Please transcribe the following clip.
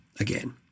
again